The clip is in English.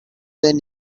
then